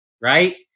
Right